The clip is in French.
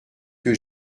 que